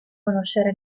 conoscere